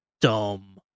dumb